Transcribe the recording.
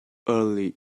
early